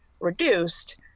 reduced